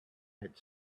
had